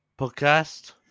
podcast